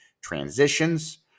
transitions